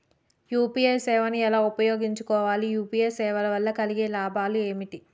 UPI సేవను ఎలా ఉపయోగించు కోవాలి? యూ.పీ.ఐ సేవల వల్ల కలిగే లాభాలు ఏమిటి?